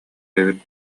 эбит